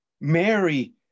Mary